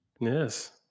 Yes